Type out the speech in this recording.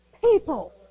People